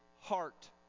heart